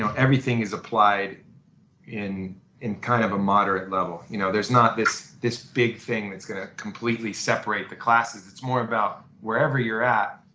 everything is applied in in kind of a moderate level. you know there's not this this big thing that's going to completely separate the classes. it's more about wherever you're at,